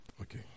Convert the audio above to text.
Okay